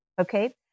okay